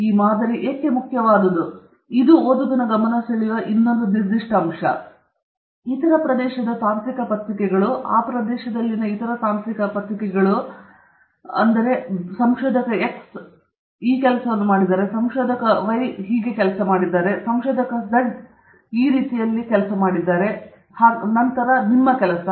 ಮತ್ತು ನೀವು ಬಗ್ಗೆ ಮಾತನಾಡುವಾಗ ಅದು ಏಕೆ ಮುಖ್ಯವಾದುದು ಇದು ಓದುಗನ ಗಮನ ಸೆಳೆಯುವ ಮತ್ತೊಂದು ನಿರ್ದಿಷ್ಟ ಸ್ಥಳವಾಗಿದೆ ಇತರ ಪ್ರದೇಶದ ಇತರ ತಾಂತ್ರಿಕ ಪತ್ರಿಕೆಗಳು ಆ ಪ್ರದೇಶದಲ್ಲಿನ ಇತರ ತಾಂತ್ರಿಕ ಪತ್ರಿಕೆಗಳು ನಿಮಗೆ ತಿಳಿದಿರುವಂತೆ ಆದ್ದರಿಂದ ಸಂಶೋಧಕ x ಹೊಂದಿದೆ ಕೆಳಗಿನ ಕೆಲಸವನ್ನು ಮಾಡಿದರು ಸಂಶೋಧಕರು y ಕೆಳಗಿನ ಕೆಲಸ ಮಾಡಿದ್ದಾರೆ ಮತ್ತು ಸಂಶೋಧಕ z ಕೆಳಗಿನ ಕೆಲಸವನ್ನು ಮಾಡಿದ್ದಾರೆ ಮತ್ತು ನಂತರ ನಿಮ್ಮ ಕೆಲಸ